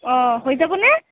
অঁ হৈ যাব নে